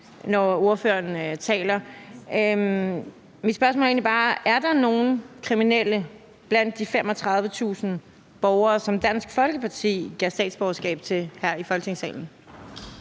når ordføreren taler. Mit spørgsmål er egentlig bare: Er der nogen kriminelle blandt de 35.000 borgere, som Dansk Folkeparti har givet statsborgerskab her i Folketingssalen?